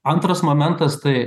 antras momentas tai